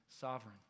sovereign